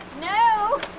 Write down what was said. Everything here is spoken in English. No